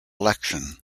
election